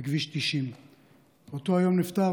בכביש 90. באותו היום נפטר,